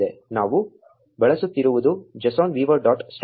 ನಾವು ಬಳಸುತ್ತಿರುವುದು json viewer dot stack dot hu